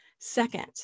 Second